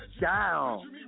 down